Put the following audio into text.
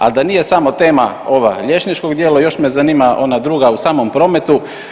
Ali da nije samo tema ova liječničkog dijela još me zanima ona druga u samom prometu.